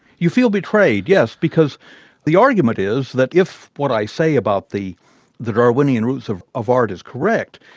you feel betrayed, yes, because the argument is that if what i say about the the darwinian roots of of art is correct,